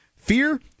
Fear